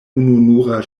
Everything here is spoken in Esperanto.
ununura